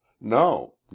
no